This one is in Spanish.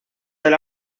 del